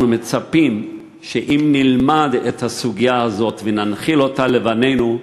אנחנו מצפים שאם נלמד את הסוגיה הזאת וננחיל אותה לבנינו,